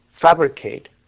fabricate